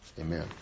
Amen